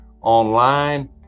online